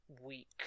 week